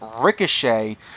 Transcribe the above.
Ricochet